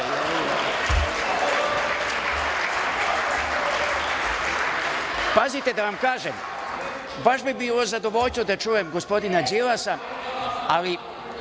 posle. Pazite, da vam kažem baš bi bilo zadovoljstvo da čujem gospodina Đilasa, ali